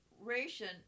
ration